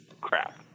crap